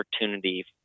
opportunity